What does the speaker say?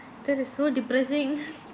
that is so depressing